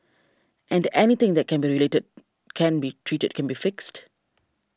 and anything that can be related can be treated can be fixed